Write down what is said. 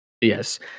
Yes